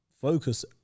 focus